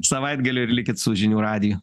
savaitgalio ir likit su žinių radiju